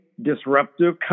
disruptive